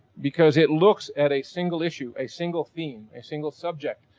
because it looks at a single issue, a single theme, a single subject,